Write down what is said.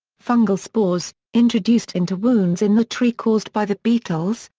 fungal spores, introduced into wounds in the tree caused by the beetles,